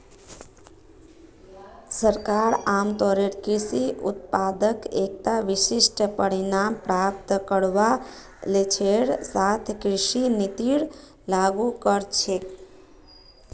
सरकार आमतौरेर कृषि उत्पादत एकता विशिष्ट परिणाम प्राप्त करवार लक्ष्येर साथ कृषि नीतिर लागू कर छेक